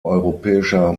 europäischer